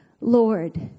Lord